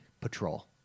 patrol